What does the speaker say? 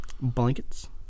blankets